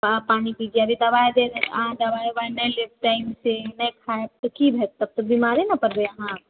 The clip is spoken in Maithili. दबा पानी कीजिये अरे दबाइ उबाइ नहि लेब टाइम से नहि टाइम से खाएब तऽ तब तऽ बीमारे ने पड़बै अहाँ